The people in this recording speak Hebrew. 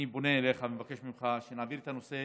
אני פונה אליך ומבקש ממך שנעביר את הנושא